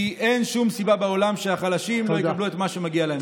כי אין שום סיבה בעולם שהחלשים לא יקבלו את מה שמגיע להם.